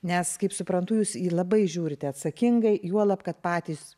nes kaip suprantu jūs jį labai žiūrite atsakingai juolab kad patys